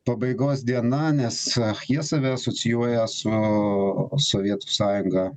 pabaigos diena nes jie save asocijuoja su sovietų sąjunga